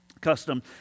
custom